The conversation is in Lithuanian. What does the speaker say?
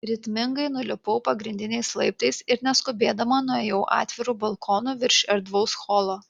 ritmingai nulipau pagrindiniais laiptais ir neskubėdama nuėjau atviru balkonu virš erdvaus holo